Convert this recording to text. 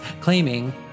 claiming